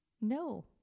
No